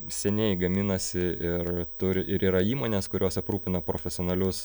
seniai gaminasi ir turi ir yra įmonės kurios aprūpina profesionalius